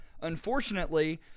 Unfortunately